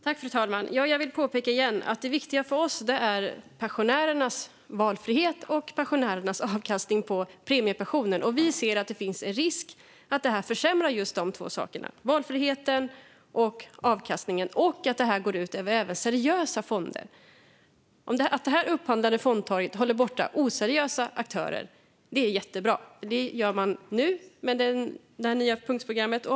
Fru talman! Jag vill påpeka igen att det viktiga för oss är pensionärernas valfrihet och pensionärernas avkastning på premiepensionen. Vi ser att det finns en risk att detta försämrar just dessa två saker, valfriheten och avkastningen, och att detta går ut över även seriösa fonder. Att det upphandlade fondtorget håller borta oseriösa aktörer är jättebra, och det gör man nu med det nya programmet.